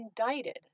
indicted